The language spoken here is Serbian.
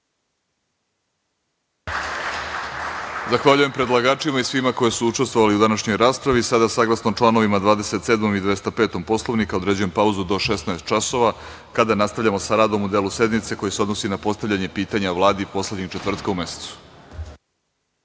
Zahvaljujem predlagačima i svima koji su učestvovali u današnjoj raspravi. Sada, saglasno članovima 27. i 205. Poslovnika, određujem pauzu do 16.00 časova, kada nastavljamo sa radom u delu sednice koji se odnosi na postavljanje pitanja Vladi poslednjeg četvrtka u mesecu.(Posle